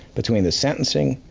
between the sentencing,